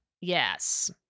Yes